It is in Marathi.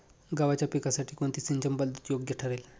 गव्हाच्या पिकासाठी कोणती सिंचन पद्धत योग्य ठरेल?